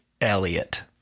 Elliot